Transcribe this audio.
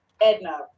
edna